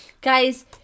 Guys